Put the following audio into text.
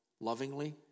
lovingly